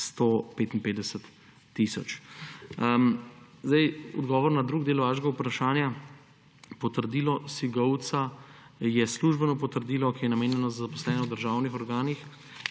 155 tisoč. Odgovor na drugi del vašega vprašanja. Potrdilo SIGOV-CA je službeno potrdilo, ki je namenjeno zaposlenim v državnih organih,